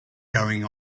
going